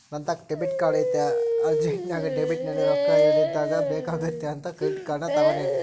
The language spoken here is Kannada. ನಂತಾಕ ಡೆಬಿಟ್ ಕಾರ್ಡ್ ಐತೆ ಅರ್ಜೆಂಟ್ನಾಗ ಡೆಬಿಟ್ನಲ್ಲಿ ರೊಕ್ಕ ಇಲ್ಲದಿದ್ದಾಗ ಬೇಕಾಗುತ್ತೆ ಅಂತ ಕ್ರೆಡಿಟ್ ಕಾರ್ಡನ್ನ ತಗಂಡಿನಿ